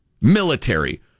military